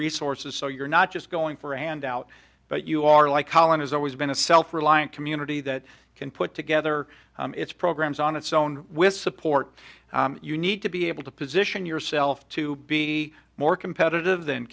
resources so you're not just going for a handout but you are like holland has always been a self reliant community that can put together its programs on its own with support you need to be able to position yourself to be more competitive